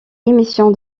émission